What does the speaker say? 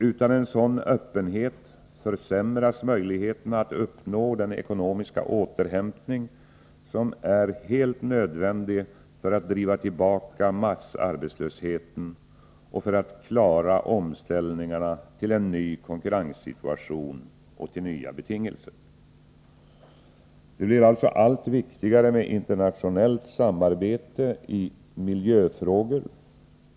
Utan en sådan öppenhet försämras möjligheterna att uppnå den ekonomiska återhämtning som är helt nödvändig för att driva tillbaka massarbetslösheten och för att klara omställningarna till en ny konkurrenssituation och nya betingelser. Det blir också allt viktigare med internationellt samarbete i miljöfrågor.